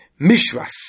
Mishras